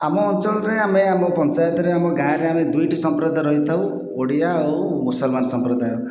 ଆମ ଅଞ୍ଚଳରେ ଆମେ ଆମ ପଞ୍ଚାୟତରେ ଆମ ଗାଁରେ ଦୁଇଟି ସମ୍ପ୍ରଦାୟର ରହିଥାଉ ଓଡ଼ିଆ ଆଉ ମୁସଲମାନ ସମ୍ପ୍ରଦାୟ